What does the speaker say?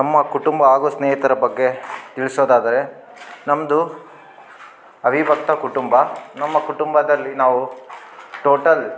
ನಮ್ಮ ಕುಟುಂಬ ಹಾಗು ಸ್ನೇಹಿತರ ಬಗ್ಗೆ ತಿಳಿಸೋದಾದರೆ ನಮ್ಮದು ಅವಿಭಕ್ತ ಕುಟುಂಬ ನಮ್ಮ ಕುಟುಂಬದಲ್ಲಿ ನಾವು ಟೋಟಲ್